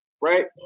right